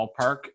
ballpark